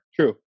true